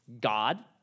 God